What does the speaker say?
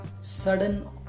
sudden